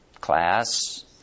class